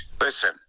listen